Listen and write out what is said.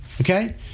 okay